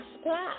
splash